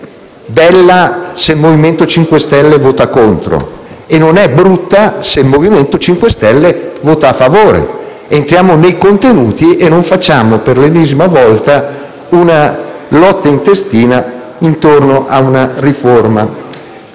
bella se il Movimento 5 Stelle vota contro e non è brutta se il Movimento 5 Stelle vota a favore. Entriamo nei contenuti e non facciamo, per l'ennesima volta, una lotta intestina intorno a una riforma.